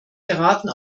geraten